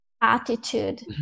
attitude